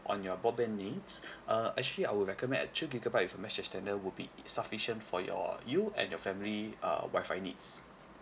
on your broadband needs uh actually I would recommend at two gigabytes with a mesh extender would be sufficient for your you and your family uh wi-fi needs